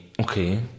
Okay